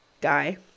guy